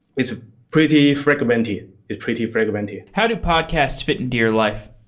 it's pretty fragmented. it's pretty fragmented. how did podcast fit into your life?